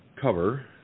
cover